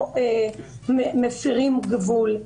אין בכוונתנו להפריע, ולא מפרים גבול.